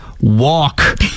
walk